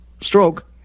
stroke